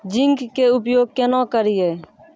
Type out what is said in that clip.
Zinc के उपयोग केना करये?